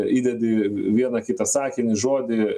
įdedi v vieną kitą sakinį žodį